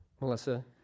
Melissa